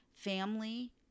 family